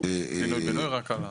בנוסח המוצע?